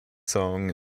song